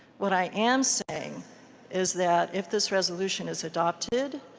what i am saying is that if this resolution is adopted,